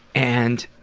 and